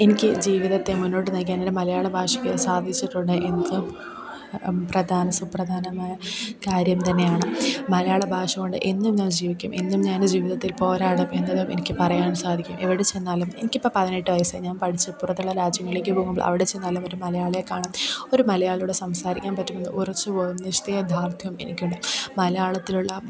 എനിക്ക് ജീവിതത്തെ മുന്നോട്ട് നയിക്കാനുള്ള മലയാളഭാഷയ്ക്ക് സാധിച്ചിട്ടുണ്ട് എനിക്ക് പ്രധാന സുപ്രധാനമായ കാര്യം തന്നെയാണ് മലയാളഭാഷ കൊണ്ട് എന്നും ഞാൻ ജീവിക്കും എന്നും ഞാൻ ജീവിതത്തിൽ പോരാടും എന്നത് എനിക്ക് പറയാൻ സാധിക്കും എവിടെച്ചെന്നാലും എനിക്കിപ്പം പതിനെട്ട് വയസ്സായി ഞാൻ പഠിച്ച് പുറത്തുള്ള രാജ്യങ്ങളിലേക്ക് പോകുമ്പോൾ അവിടെച്ചെന്നാലും ഒരു മലയാളിയേക്കാണും ഒരു മലയാളിയോട് സംസാരിക്കാൻ പറ്റുമെന്ന് ഒറച്ചുപോയ നിശ്ചയധാർഥ്യം എനിക്കുണ്ട് മലയാളത്തിലുള്ള